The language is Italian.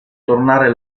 tornare